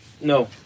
no